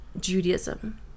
Judaism